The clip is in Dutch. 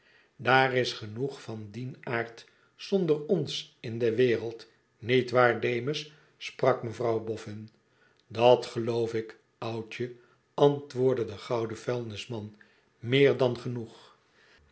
daar is genoeg van dien aard zonder ons in de wereld niet waar demus sprak mevrouw boffin dat geloof ik oudje antwoordde de gouden vuilnisman meer dan genoeg